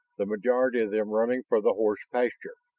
the majority of them running for the horse pasture.